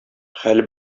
хәл